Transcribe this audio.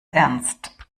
ernst